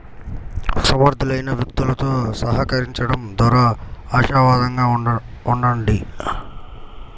సమర్థులైన వ్యక్తులతో సహకరించండం ద్వారా ఆశావాదంగా ఉండండి